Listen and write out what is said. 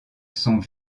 sont